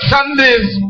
Sunday's